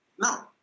No